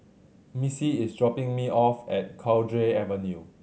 Missie is dropping me off at Cowdray Avenue